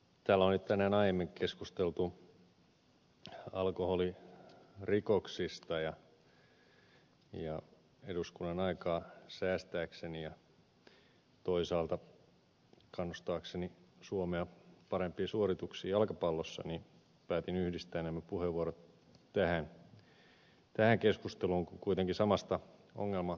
täällä on jo tänään aiemminkin keskusteltu alkoholirikoksista ja eduskunnan aikaa säästääkseni ja toisaalta kannustaakseni suomea parempiin suorituksiin jalkapallossa päätin yhdistää nämä puheenvuorot tähän keskusteluun kun kuitenkin samasta ongelmaryhmästä puhutaan